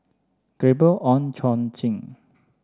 Gabriel Oon Chong Jin